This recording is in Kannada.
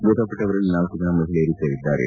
ಮ್ಬತಪಟ್ಟವರಲ್ಲಿ ನಾಲ್ಲು ಜನ ಮಹಿಳೆಯರು ಸೇರಿದ್ದಾರೆ